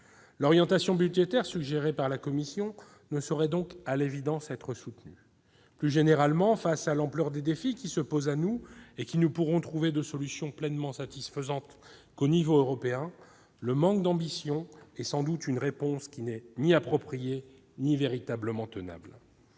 L'orientation budgétaire suggérée par la Commission ne saurait donc à l'évidence être soutenue. Plus généralement, face à l'ampleur des défis qui se posent à nous et qui ne pourront trouver de solutions pleinement satisfaisantes qu'à l'échelon européen, le manque d'ambition est sans doute une réponse qui n'est ni appropriée ni véritablement tenable.